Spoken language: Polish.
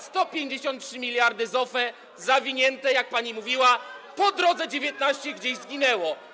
153 mld z OFE zawinięte, jak pani mówiła, po drodze 19 gdzieś zginęło.